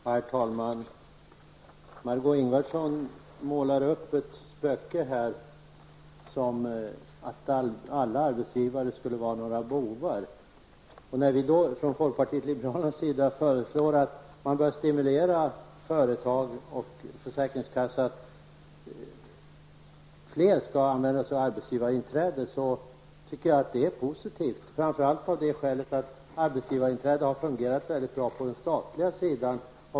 Herr talman! Margó Ingvardsson målar upp ett spöke, som om alla arbetsgivare skulle vara bovar. Från folkpartiet liberalernas sida föreslår vi att man bör stimulera företag och försäkringskassa till att förmå fler att använda sig av arbetsgivarinträde. Vi tycker att det är positivt, framför allt av det skälet att arbetsgivarinträde har fungerat väldigt bra på den statliga sidan.